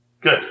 Good